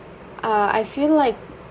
uh I feel like